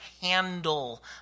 handle